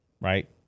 right